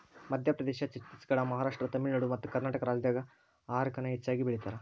ಮಧ್ಯಪ್ರದೇಶ, ಛತ್ತೇಸಗಡ, ಮಹಾರಾಷ್ಟ್ರ, ತಮಿಳುನಾಡು ಮತ್ತಕರ್ನಾಟಕ ರಾಜ್ಯದಾಗ ಹಾರಕ ನ ಹೆಚ್ಚಗಿ ಬೆಳೇತಾರ